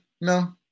No